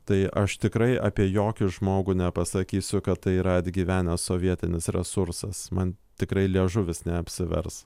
tai aš tikrai apie jokį žmogų nepasakysiu kad tai yra atgyvenęs sovietinis resursas man tikrai liežuvis neapsivers